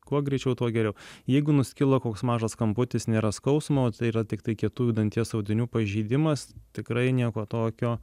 kuo greičiau tuo geriau jeigu nuskilo koks mažas kamputis nėra skausmo tai yra tiktai kietųjų danties audinių pažeidimas tikrai nieko tokio